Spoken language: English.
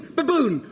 Baboon